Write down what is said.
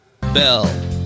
Bell